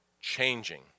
changing